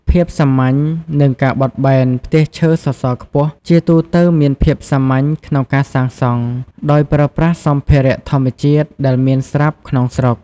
ភាពសាមញ្ញ និងការបត់បែន ផ្ទះឈើសសរខ្ពស់ជាទូទៅមានភាពសាមញ្ញក្នុងការសាងសង់ ដោយប្រើប្រាស់សម្ភារៈធម្មជាតិដែលមានស្រាប់ក្នុងស្រុក ។